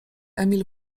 emil